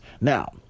Now